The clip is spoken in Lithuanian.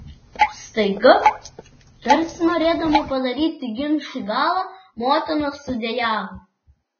staiga tarsi norėdama padaryti ginčui galą motina sudejavo